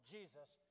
Jesus